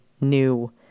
new